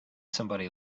somebody